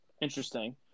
Interesting